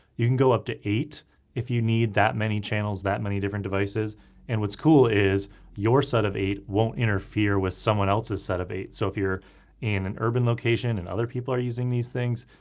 you can go up to eight if you need that many channels, that many different devices and what's cool is your set of eight won't interfere with someone else's set of eight. so if you're in an urban location and other people are using these things,